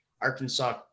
Arkansas